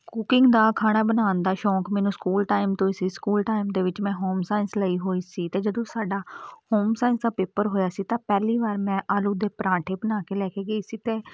cooking ਦਾ ਖਾਣਾ ਬਣਾਉਣ ਦਾ ਸ਼ੌਕ ਮੈਨੂੰ ਸਕੂਲ ਟਾਈਮ ਤੋਂ ਸੀ ਸਕੂਲ ਟਾਈਮ ਦੇ ਵਿੱਚ ਮੈਂ ਹੋਮ ਸਾਇੰਸ ਲਈ ਹੋਈ ਸੀ ਅਤੇ ਜਦੋਂ ਸਾਡਾ ਹੋਮ ਸਾਇੰਸ ਦਾ ਪੇਪਰ ਹੋਇਆ ਸੀ ਤਾਂ ਪਹਿਲੀ ਵਾਰ ਮੈਂ ਆਲੂ ਦੇ ਪਰਾਂਠੇ ਬਣਾ ਕੇ ਲੈ ਕੇ ਗਈ ਸੀ ਅਤੇ